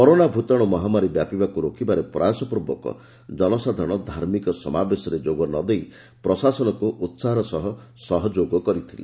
corona ଭୂତାଣୁ ମହାମାରୀ ବ୍ୟାପିବାକୁ ରୋକିବାରେ ପ୍ରୟାସ ପୂର୍ବକ ଜନସାଧାରଣ ଧାର୍ମିକ ସମାବେଶରେ ଯୋଗ ନ ଦେଇ ପ୍ରଶାସନକ୍ ଉତ୍ସାହର ସହ ସହଯୋଗ କରିଥିଲେ